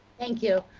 thank you.